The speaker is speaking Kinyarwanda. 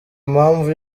mpamvu